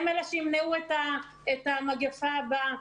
הם אלה שימנעו את המגפה הבאה.